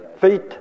feet